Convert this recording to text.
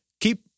keep